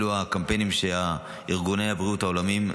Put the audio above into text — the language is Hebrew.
אלה הקמפיינים של ארגוני הבריאות העולמיים.